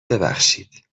ببخشید